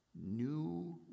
new